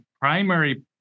primary